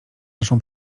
naszą